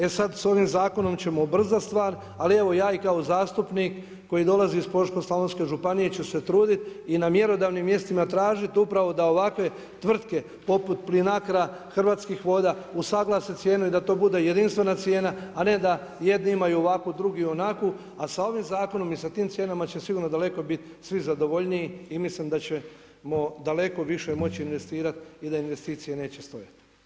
E sad s ovim zakonom ćemo ubrzat stvar, ali evo ja i kao zastupnik koji dolazi iz Požeško-slavonske županije ću se truditi i na mjerodavnim mjestima tražiti upravo da ovakve tvrtke poput Plinacra, Hrvatskih voda, usuglasi cijenu i da to bude jedinstvena cijena, a ne da jedni imaju ovakvu, drugi onakvu, a sa ovim zakonom i sa tim cijenama će sigurno daleko biti svi zadovoljniji i mislim da ćemo daleko više moći investirati i da investicije neće stajat.